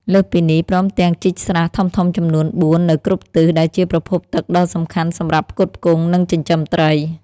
លើសពីនេះ ព្រមទាំងជីកស្រះធំៗចំនួន ៤ នៅគ្រប់ទិស ដែលជាប្រភពទឹកដ៏សំខាន់សម្រាប់ផ្គត់ផ្គង់ និងចិញ្ចឹមត្រី។